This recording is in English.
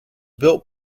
built